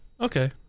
Okay